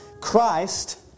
Christ